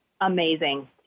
amazing